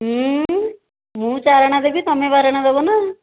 ମୁଁ ଚାରି ଅଣା ଦେବି ତୁମେ ବାର ଅଣା ଦେବ ନା